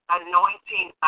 anointing